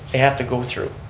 they have to go through,